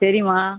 சரிம்மா